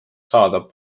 saata